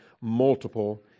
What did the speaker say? multiple